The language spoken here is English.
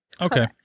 Okay